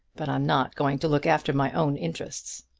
but i'm not going to look after my own interests!